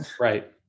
Right